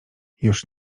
już